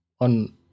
on